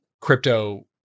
crypto